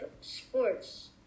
sports